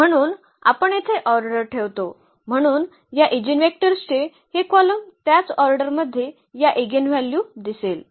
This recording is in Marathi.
म्हणून आपण येथे ऑर्डर ठेवतो म्हणून या ईजीनवेक्टर्सचे हे कॉलम त्याच ऑर्डरमध्ये या इगेनव्ह्ल्यू दिसेल